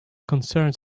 concerns